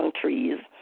trees